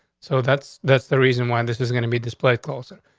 so that's that's the reason why this this is gonna be displayed closer.